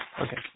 Okay